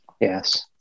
Yes